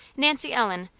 nancy ellen,